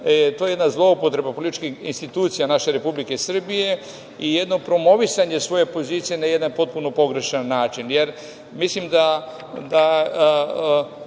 to jedna zloupotreba političkih institucija naše Republike Srbije i jedno promovisanje svoje pozicije na jedan potpuno pogrešan način. Mislim